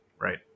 right